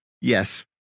Yes